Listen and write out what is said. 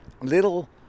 little